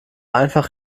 einfach